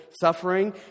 suffering